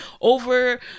over